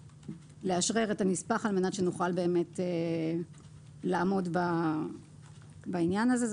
לאשרר את הנספח על מנת שנוכל באמת לעמוד בעניין הזה.